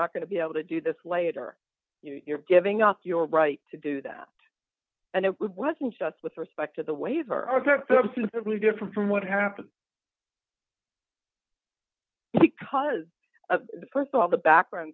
not going to be able to do this later you're giving up your right to do that and it wasn't just with respect to the waiver really different from what happened because st of all the background